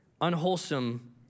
Unwholesome